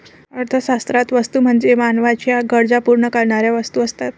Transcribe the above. अर्थशास्त्रात वस्तू म्हणजे मानवाच्या गरजा पूर्ण करणाऱ्या वस्तू असतात